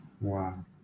Wow